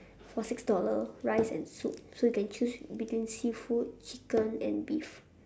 for six dollar rice and soup so you can choose between seafood chicken and beef